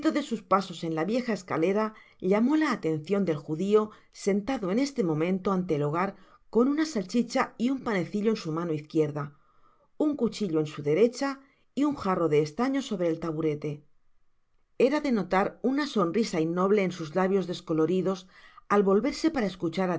de sus pasos en la vieja escalera llamó la atencion del judio seutado en este momento ante el hogar con una salsicha y un panecillo en su mano izquierda un cuchillo en su derecha y un jarro de estaño sobre el taburete era de notar una sonrisa innoble en sus labios descoloridos al volverse para escuchar